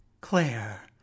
Claire